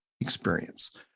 experience